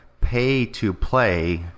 pay-to-play